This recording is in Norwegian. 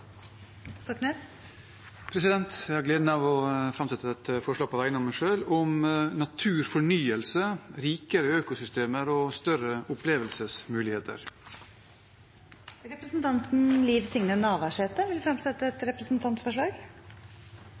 Stoknes vil fremsette et representantforslag. Jeg har gleden av å framsette et forslag på vegne av meg selv om naturfornyelse, rikere økosystemer og større opplevelsesmuligheter. Representanten Liv Signe Navarsete vil fremsette et representantforslag.